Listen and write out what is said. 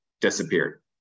disappeared